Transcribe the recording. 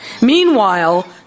Meanwhile